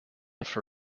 for